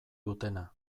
dutena